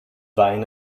wein